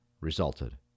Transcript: resulted